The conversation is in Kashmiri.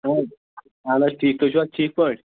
حظ اَہَن حظ ٹھیٖک تُہۍ چھُو حظ ٹھیٖک پٲٹھۍ